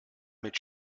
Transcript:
mit